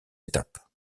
étapes